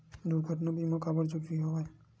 दुर्घटना बीमा काबर जरूरी हवय?